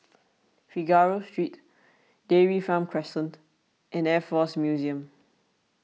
Figaro Street Dairy Farm Crescent and Air force Museum